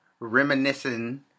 Reminiscing